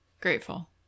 grateful